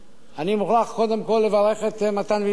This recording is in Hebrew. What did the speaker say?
אני מוכרח קודם כול לברך את מתן וילנאי.